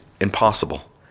impossible